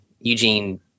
Eugene